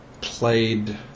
played